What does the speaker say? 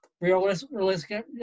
realistic